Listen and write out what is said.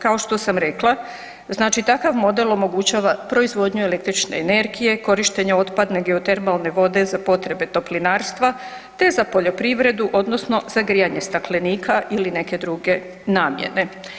Kao što sam rekla znači takav model omogućava proizvodnju električne energije, korištenja otpadne geotermalne vode za potrebe toplinarstva te za poljoprivredu odnosno za grijanje staklenika ili neke druge namjene.